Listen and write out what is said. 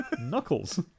Knuckles